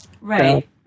Right